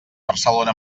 barcelona